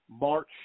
March